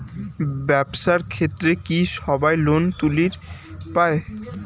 ব্যবসার ক্ষেত্রে কি সবায় লোন তুলির পায়?